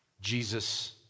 Jesus